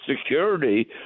security